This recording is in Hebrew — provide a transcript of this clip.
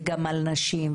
וגם על נשים,